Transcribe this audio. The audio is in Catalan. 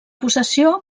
possessió